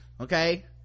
okay